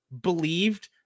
believed